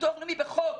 הביטוח הלאומי בחוק